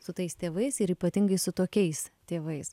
su tais tėvais ir ypatingai su tokiais tėvais